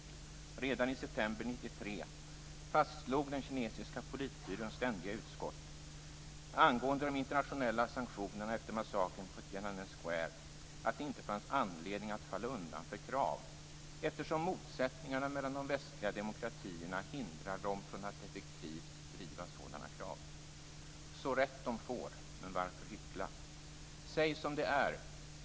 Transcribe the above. Redan i september 1993 fastslog den kinesiska politbyråns ständiga utskott angående de internationella sanktionerna efter massakern på Tienanmen Square, att det inte fanns anledning att falla undan för krav eftersom motsättningarna mellan de västliga demokratierna hindrar dem att effektivt driva sådana krav. Så rätt de får. Men varför hyckla? Säg som det är!